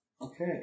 Okay